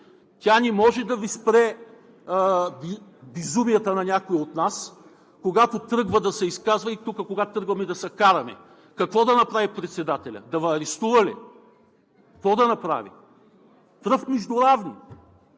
тя не може да спре безумията на някои от нас, когато тръгваме да се изказваме и когато тръгваме да се караме. Какво да направи председателят?! Да Ви арестува ли?! (Реплики.) Пръв между равни!